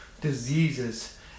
diseases